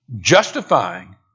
justifying